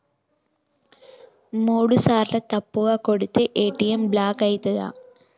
మూడుసార్ల తప్పుగా కొడితే ఏ.టి.ఎమ్ బ్లాక్ ఐతదా?